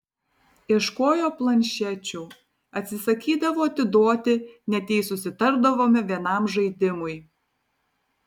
ieškojo planšečių atsisakydavo atiduoti net jei susitardavome vienam žaidimui